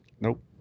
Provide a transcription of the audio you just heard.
Nope